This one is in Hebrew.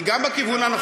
היא גם בכיוון הנכון,